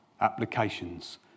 applications